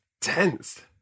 Tense